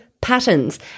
Patterns